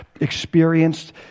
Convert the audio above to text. experienced